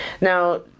Now